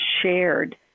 shared